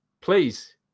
please